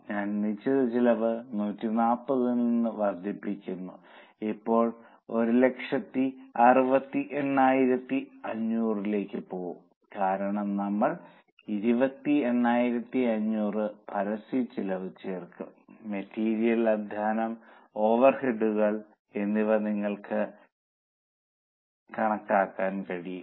ഞാൻ നിശ്ചിത ചെലവ് 140 ൽ നിന്ന് വർധിപ്പിക്കും ഇപ്പോൾ 168500 ലേക്ക് പോകും കാരണം നമ്മൾ 28500 പരസ്യച്ചെലവ് ചേർക്കും മെറ്റീരിയൽ അധ്വാനം ഓവർഹെഡുകൾ എന്നിവ നിങ്ങൾക്ക് കണക്കാക്കാൻ കഴിയും